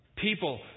people